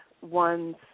one's